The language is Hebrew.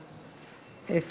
את